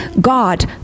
God